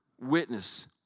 witness